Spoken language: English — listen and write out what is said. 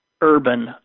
urban